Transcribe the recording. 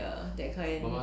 ya that kind